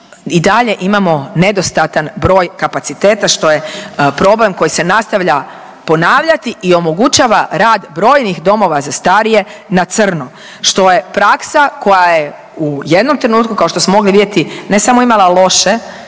i dalje imamo nedostatan broj kapaciteta što je problem koji se nastavlja ponavljati i omogućava rad brojnih domova za starije na crno što je praksa koja je u jednom trenutku kao što smo mogli vidjeti ne samo imala loše